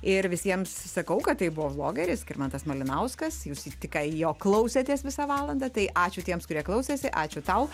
ir visiems sakau kad tai buvo vlogeris skirmantas malinauskas jūs jį tik ką jo klausėtės visą valandą tai ačiū tiems kurie klausėsi ačiū tau